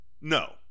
no